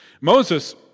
Moses